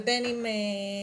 ובין אם לאו.